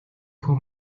хүү